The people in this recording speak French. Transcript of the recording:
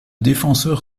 défenseur